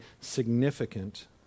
significant